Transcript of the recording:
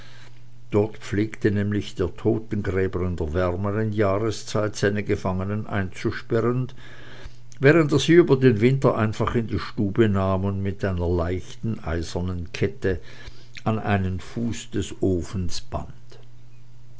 dort pflegte nämlich der totengräber in der wärmeren jahrszeit seine gefangenen einzusperren während er sie über den winter einfach in die stube nahm und mit einer leichten eisernen kette an einen fuß des ofens band